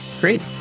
great